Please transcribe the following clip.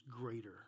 greater